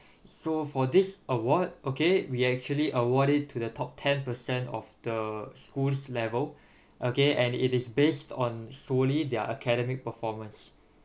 so for this award okay we actually award it to the top ten per cent of the school's level okay and it is based on solely their academic performance